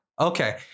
Okay